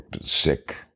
sick